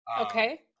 Okay